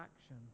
action